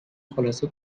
خلاصه